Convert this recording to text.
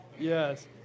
Yes